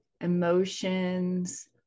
emotions